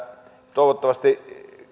toivottavasti